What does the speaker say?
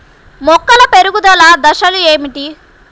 మొక్కల పెరుగుదల దశలు ఏమిటి?